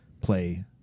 play